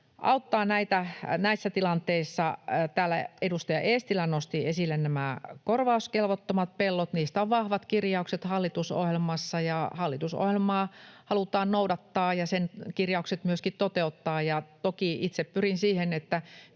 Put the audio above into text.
auttaa näissä tilanteissa. Täällä edustaja Eestilä nosti esille nämä korvauskelvottomat pellot. Niistä on vahvat kirjaukset hallitusohjelmassa, ja hallitusohjelmaa halutaan noudattaa ja sen kirjauksia myöskin toteuttaa. Toki itse pyrin siihen, että